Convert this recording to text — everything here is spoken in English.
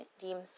deems